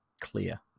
clear